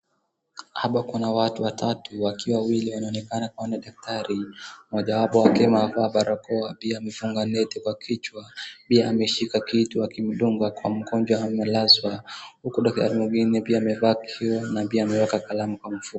Hapa kuna watu watatu wakiwa wawili wanaonekana kuwa ni daktari. Mmoja wapo akiwa amevaa barakoa pia amefunga neti kwa kichwa, pia ameshika kitu akimdunga kwa mgonjwa amelazwa. Huku daktari mwingine pia ameva kioo na pia ameweka kalamu kwa mfuko.